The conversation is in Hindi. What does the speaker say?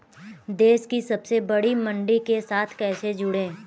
देश की सबसे बड़ी मंडी के साथ कैसे जुड़ें?